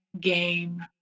game